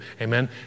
Amen